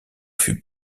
fut